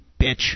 bitch